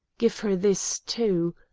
give her this, too,